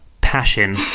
Passion